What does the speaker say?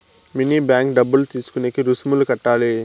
mini bank డబ్బులు తీసుకునేకి రుసుములు కట్టాలి